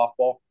softball